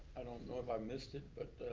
i don't know if i missed it. but